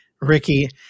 Ricky